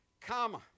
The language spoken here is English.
comma